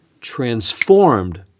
transformed